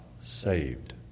saved